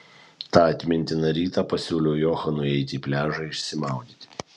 tą atmintiną rytą pasiūliau johanui eiti į pliažą išsimaudyti